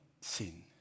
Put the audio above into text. sin